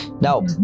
now